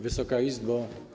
Wysoka Izbo!